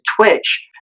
Twitch